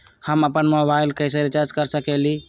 हम अपन मोबाइल कैसे रिचार्ज कर सकेली?